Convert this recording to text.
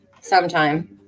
sometime